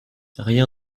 rien